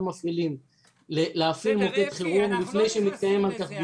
מפעילים להפעיל מוקד חירום לפני שמתקיים על כך דיון.